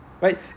right